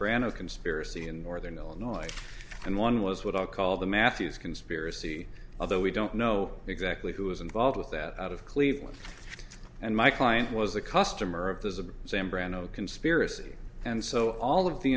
zambrano conspiracy in northern illinois and one was what i call the matthews conspiracy although we don't know exactly who was involved with that out of cleveland and my client was a customer of the same brand of conspiracy and so all